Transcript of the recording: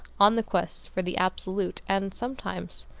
on the quest for the absolute, and sometimes,